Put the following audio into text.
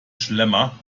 schlemmer